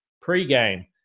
pre-game